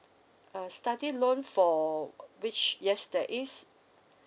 uh study loan for which yes there is